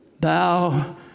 Thou